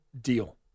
deal